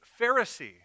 Pharisee